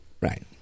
Right